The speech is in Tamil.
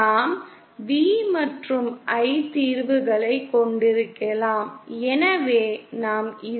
நாம் V மற்றும் I தீர்வுகளைக் கொண்டிருக்கலாம் எனவே நாம் Z